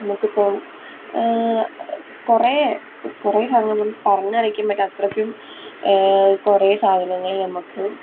നമുക്കിപ്പം കുറേ കുറേ സാധനങ്ങൾ നമുക്ക് പറഞ്ഞറിയിക്കാൻ പറ്റാത്ത അത്രക്കും കുറേ സാധനങ്ങൾ നമുക്ക്